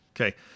Okay